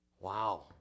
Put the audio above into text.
Wow